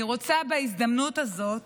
בהזדמנות הזאת